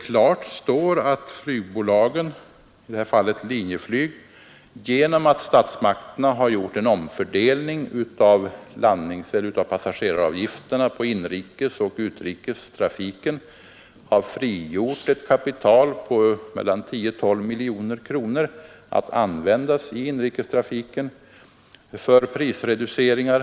Klart står att flygbolagen — i det här fallet Linjeflyg — genom att statsmakterna har gjort en omfördelning av passageraravgifterna på inrikesoch utrikestrafiken som frigjort ett kapital på mellan 10 och 12 miljoner kronor, kan använda detta för prisreduceringar.